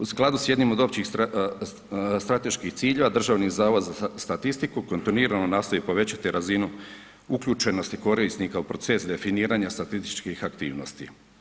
U skladu s jednim od općih strateških ciljeva Državni zavod za statistiku kontinuirano nastoji povećati razinu uključenosti korisnika u proces definiranja statističkih aktivnosti.